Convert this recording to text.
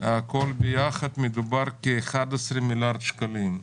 הכול ביחד מדובר בכ-11 מיליארד שקלים.